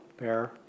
bear